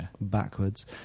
backwards